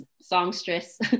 songstress